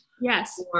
Yes